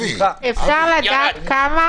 אפשר לדעת כמה?